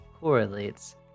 correlates